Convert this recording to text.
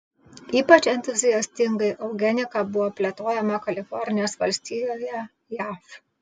ypač entuziastingai eugenika buvo plėtojama kalifornijos valstijoje jav